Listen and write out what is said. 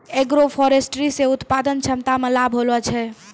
agroforestry से उत्पादन क्षमता मे लाभ होलो छै